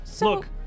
Look